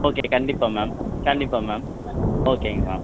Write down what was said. okay கண்டிப்பாக ma'am கண்டிப்பா ma'am ஓகேங்க மேம்